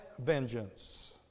vengeance